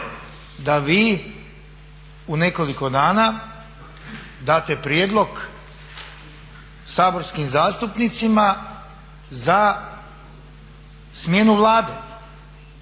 da vi u nekoliko dana date prijedlog saborskim zastupnicima za smjenu Vlade